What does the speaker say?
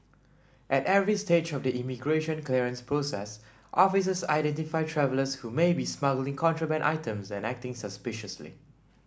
at every stage of the immigration clearance process officers identify travellers who may be smuggling contraband items and acting suspiciously